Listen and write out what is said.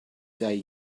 day